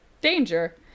danger